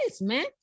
man